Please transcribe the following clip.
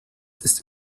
ist